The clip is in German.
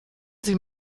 sie